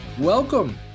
Welcome